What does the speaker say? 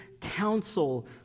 counsel